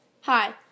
Hi